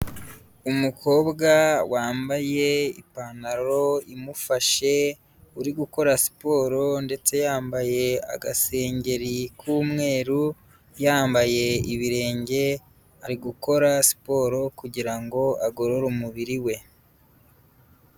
Umukobwa wambaye ipantaro imufashe, uri gukora siporo ndetse yambaye agasengeri k'umweru, yambaye ibirenge, ari gukora siporo kugira ngo agorore umubiri we.